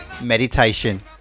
Meditation